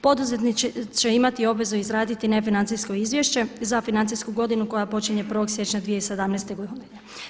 Poduzetnik će imati obvezu izraditi nefinancijsko izvješće za financijsku godinu koja počinje 1. siječnja 2017. godine.